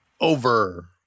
Over